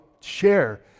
share